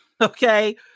okay